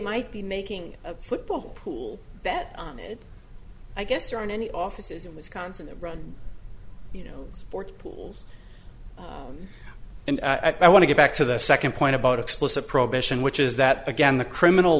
might be making a football pool that i guess there aren't any offices in wisconsin that run you know sports pools and i want to go back to the second point about explicit prohibition which is that again the criminal